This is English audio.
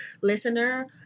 listener